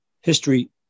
History